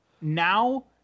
Now